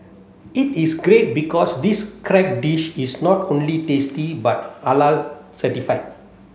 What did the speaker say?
it is great because this crab dish is not only tasty but Halal certified